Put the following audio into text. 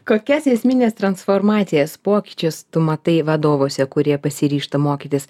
kokias esmines transformacijas pokyčius tu matai vadovuose kurie pasiryžta mokytis